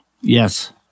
Yes